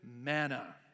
manna